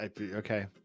Okay